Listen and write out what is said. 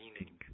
meaning